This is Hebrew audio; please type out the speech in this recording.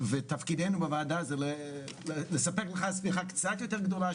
ותפקידנו בוועדה הוא לספק שמיכה קצת יותר גדולה,